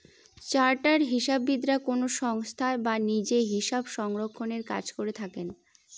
chartered হিসাববিদরা কোনো সংস্থায় বা নিজে হিসাবরক্ষনের কাজ করে থাকেন